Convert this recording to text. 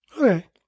Okay